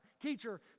teacher